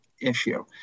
issue